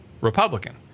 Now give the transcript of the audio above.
Republican